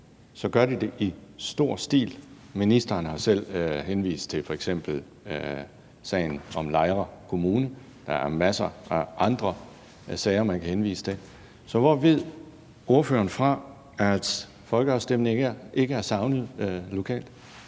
så gør de det i stor stil. Ministeren har selv henvist til f.eks. sagen om Lejre Kommune, og der er masser af andre sager, man kan henvise til. Så hvor ved ordføreren fra, at folkeafstemning ikke er savnet lokalt?